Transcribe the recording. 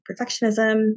perfectionism